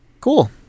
Cool